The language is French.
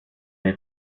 les